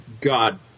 God